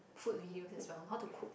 food videos as well how to cook